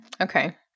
Okay